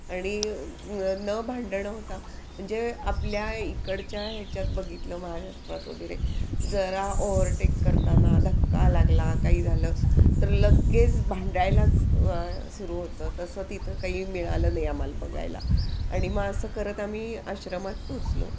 आणि न भांडणं होता म्हणजे आपल्या इकडच्या ह्याच्यात बघितलं महाराष्ट्रात वगैरे जरा ओव्हरटेक करताना धक्का लागला काही झालं तर लगेच भांडायलाच सुरू होतं तसं तिथं काही मिळालं नाही आम्हाला बघायला आणि मग असं करत आम्ही आश्रमात पोचलो